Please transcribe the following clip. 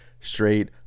Straight